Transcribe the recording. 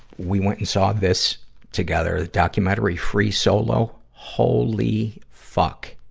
we went and saw this together, a documentary free solo. holy fuck!